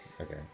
Okay